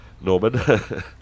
Norman